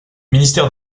ministère